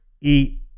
eat